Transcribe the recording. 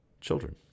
children